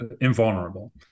invulnerable